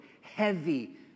heavy